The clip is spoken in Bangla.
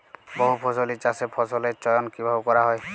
বহুফসলী চাষে ফসলের চয়ন কীভাবে করা হয়?